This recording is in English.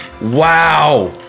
Wow